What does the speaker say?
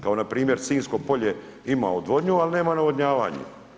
Kao npr. Sinjsko polje ima odvodnju ali nema navodnjavanje.